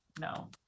no